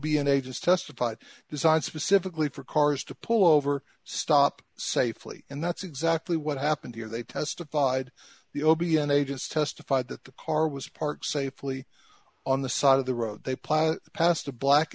on ages testified designed specifically for cars to pull over stop safely and that's exactly what happened here they testified the obion ages testified that the car was parked safely on the side of the road they plowed past a black